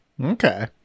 Okay